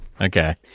Okay